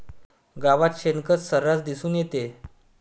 गावात शेणखत सर्रास दिसून येते